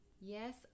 Yes